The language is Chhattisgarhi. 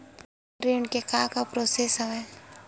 मोर ऋण के का का प्रोसेस हवय?